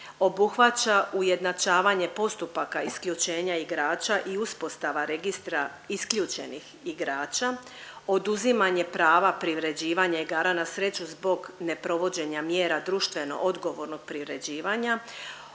obuhvaća ujednačavanje postupaka isključenja igrača i uspostava registra isključenih igrača, oduzimanje prava priređivanja igara na sreću zbog neprovođenja mjera društveno odgovornog priređivanja,